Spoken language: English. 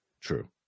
true